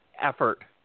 effort